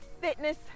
fitness